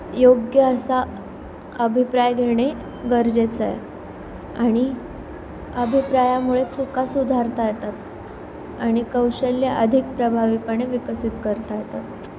योग्य असा अभिप्राय घेणे गरजेचं आहे आणि अभिप्रायामुळे चुका सुधारता येतात आणि कौशल्य अधिक प्रभावीपणे विकसित करता येतात